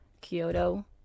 Kyoto